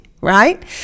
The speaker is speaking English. right